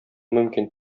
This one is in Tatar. мөмкин